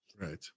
right